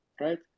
right